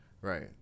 right